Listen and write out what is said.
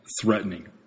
threatening